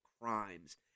crimes